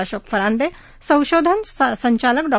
अशोक फरांदे संशोधन संचालक डॉ